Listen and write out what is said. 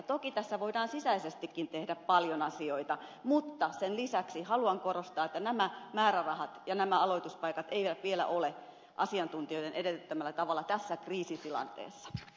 toki tässä voidaan sisäisestikin tehdä paljon asioita mutta sen lisäksi haluan korostaa että nämä määrärahat ja nämä aloituspaikat eivät vielä ole asiantuntijoiden edellyttämällä tasolla tässä kriisitilanteessa